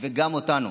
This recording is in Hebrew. וגם אותנו,